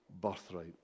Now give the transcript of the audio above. birthright